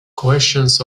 questions